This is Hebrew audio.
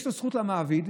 יש זכות למעביד